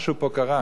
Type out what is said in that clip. משהו פה קרה.